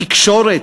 התקשורת,